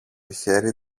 χέρι